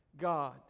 God